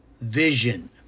Vision